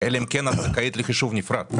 אלא אם כן את זכאית לחישוב נפרד.